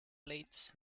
plates